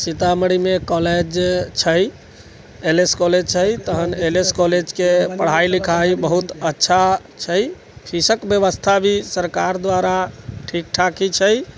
सीतामढ़ीमे कॉलेज छै L S college छै तहन एल एस कॉलेजके पढ़ाइ लिखाइ बहुत अच्छा छै फिसक व्यवस्था भी सरकार द्वारा ठीक ठाक ही छै